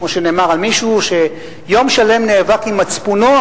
כמו שנאמר על מישהו שיום שלם נאבק עם מצפונו,